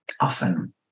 often